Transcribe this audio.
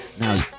Now